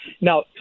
Now